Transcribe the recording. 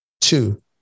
Two